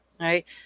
right